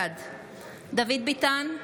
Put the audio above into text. בעד דוד ביטן,